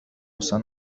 سنة